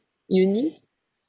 uni